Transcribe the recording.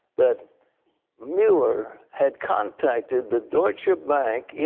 that mueller had contacteded the deutch bank.